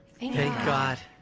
thank god!